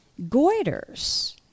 Goiters